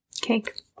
cake